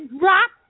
rock